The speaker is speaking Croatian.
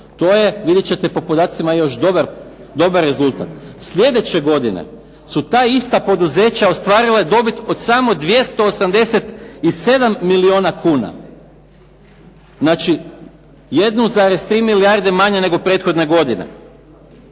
To je, vidjet ćete po Poljacima, još dobar rezultat. Sljedeće godine su ta ista poduzeća ostvarila dobit od samo 287 milijuna kuna, znači 1,3 milijarde manje nego prethodne godine,